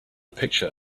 picture